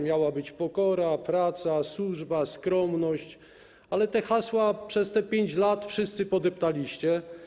Miały być pokora, praca, służba, skromność, ale te hasła przez 5 lat wszyscy podeptaliście.